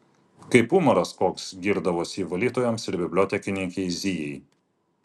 kaip umaras koks girdavosi ji valytojoms ir bibliotekininkei zijai